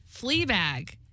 Fleabag